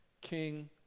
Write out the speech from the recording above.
king